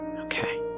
Okay